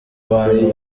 bantu